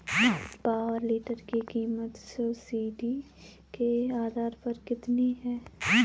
Power tiller की कीमत subsidy के आधार पर कितनी है?